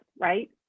right